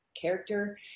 character